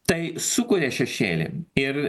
tai sukuria šešėlį ir